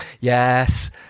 Yes